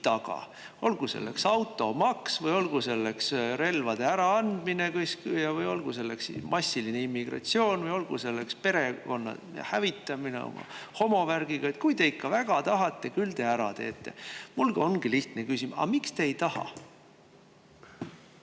olgu selleks automaks, olgu selleks relvade äraandmine, olgu selleks massiline immigratsioon või olgu selleks perekondade hävitamine oma homovärgiga. Kui te ikka väga tahate, küll te ära teete. Mul ongi lihtne küsimus: aga miks te ei taha?